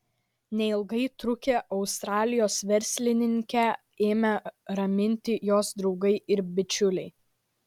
neilgai trukę australijos verslininkę ėmė raminti jos draugai ir bičiuliai